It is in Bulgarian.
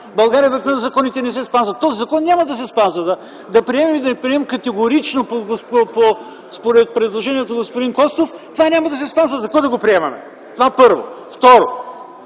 България обикновено законите не се спазват. И този закон няма да се спазва. И да приемем, и да не го приемем – категорично според предложението на господин Костов, то няма да се спазва. Защо да го приемем?! Това, първо. Второ,